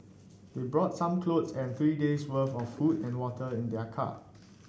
they brought some clothes and three days' worth of food and water in their car